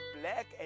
black